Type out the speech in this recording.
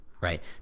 right